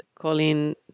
Colin